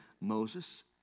Moses